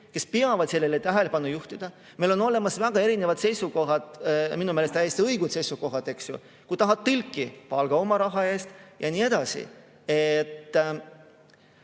kes peavad sellele tähelepanu juhtima. Meil on olemas väga erinevad seisukohad, minu meelest ka täiesti õiged seisukohad: kui tahad tõlki, palka oma raha eest. Ja nii edasi. Ma